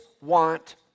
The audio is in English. want